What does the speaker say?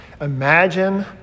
Imagine